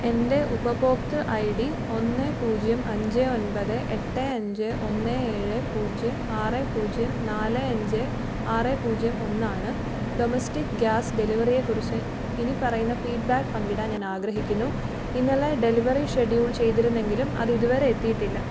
എൻ്റെ ഉപഭോക്തൃ I D ഒന്ന് പൂജ്യം അഞ്ച് ഒൻപത് എട്ട് അഞ്ച് ഒന്ന് ഏഴ് പൂജ്യം ആറ് പൂജ്യം നാല് അഞ്ച് ആറ് പൂജ്യം ഒന്ന് ആണ് ഡൊമസ്റ്റിക് ഗ്യാസ് ഡെലിവറിയെക്കുറിച്ച് ഇനിപ്പറയുന്ന ഫീഡ്ബാക്ക് പങ്കിടാൻ ഞാൻ ആഗ്രഹിക്കുന്നു ഇന്നലെ ഡെലിവറി ഷെഡ്യൂൾ ചെയ്തിരുന്നെങ്കിലും അത് ഇതുവരെ എത്തിയിട്ടില്ല